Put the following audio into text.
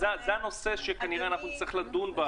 זה הנושא שכנראה נצטרך לדון בו.